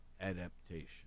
adaptation